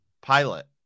pilot